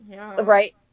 Right